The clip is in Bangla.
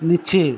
নিচে